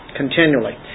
continually